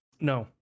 no